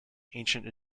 ancient